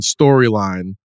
storyline